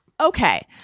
Okay